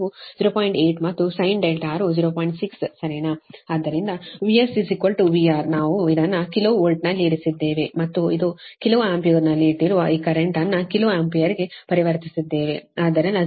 ಆದ್ದರಿಂದ VS VR ನಾವು ಇದನ್ನು ಕಿಲೋ ವೋಲ್ಟ್ನಲ್ಲಿ ಇರಿಸಿದ್ದೇವೆ ಮತ್ತು ಇದು ಕಿಲೋ ಆಂಪಿಯರ್ನಲ್ಲಿ ಇಟ್ಟಿರುವ ಈ ಕರೆಂಟ್ ಅನ್ನು ಕಿಲೋ ಆಂಪಿಯರ್ ಆಗಿ ಪರಿವರ್ತಿಸಿದ್ದೇವೆ ಆದ್ದರಿಂದ 0